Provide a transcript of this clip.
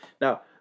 Now